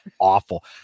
awful